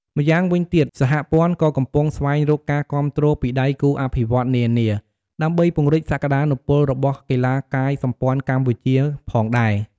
ម្យ៉ាងវិញទៀត សហព័ន្ធក៏កំពុងស្វែករកការគាំទ្រពីដៃគូអភិវឌ្ឍន៍នានា ដើម្បីពង្រីកសក្តានុពលរបស់កីឡាកាយសម្ព័ន្ធកម្ពុជាផងដែរ។